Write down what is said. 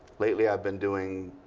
lately i've been doing